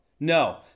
No